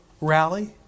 rally